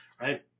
right